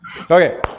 Okay